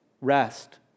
rest